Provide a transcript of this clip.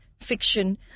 fiction